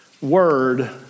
Word